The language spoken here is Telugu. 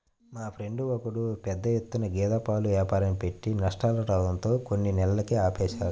మా ఫ్రెండు ఒకడు పెద్ద ఎత్తున గేదె పాల వ్యాపారాన్ని పెట్టి నష్టాలు రావడంతో కొన్ని నెలలకే ఆపేశాడు